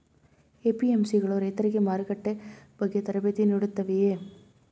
APMC ಗಳು ರೈತರಿಗೆ ಮಾರುಕಟ್ಟೆ ಬಗ್ಗೆ ತರಬೇತಿ ನೀಡುತ್ತವೆಯೇ?